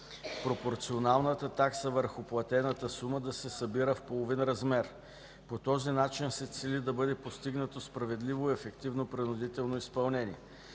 пропорционалната такса върху платената сума да се събира в половин размер. По този начин се цели да бъде постигнато справедливо и ефективно принудително изпълнение.